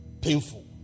Painful